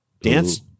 Dance